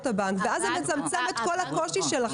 הבנק ואז זה מצמצם את כל הקושי שלכם.